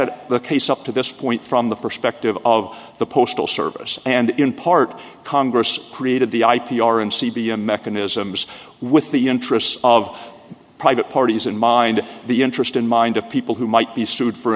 the case up to this point from the perspective of the postal service and in part congress created the i p r and c b m mechanisms with the interests of private parties in mind the interest in mind of people who might be sued for